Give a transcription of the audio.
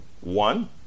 one